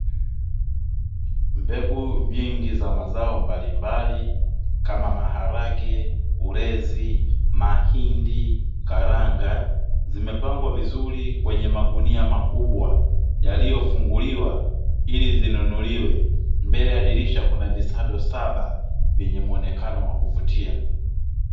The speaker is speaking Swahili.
Mbegu nyingi za mazao mbalimbali, kama: maharage, ulezi, mahindi, karanga; zimepangwa vizuri kwenye magunia makubwa, yaliyofunguliwa ili zinunuliwe. Mbele ya dirisha kuna visado saba vyenye muonekano wa kuvutia.